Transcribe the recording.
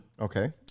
Okay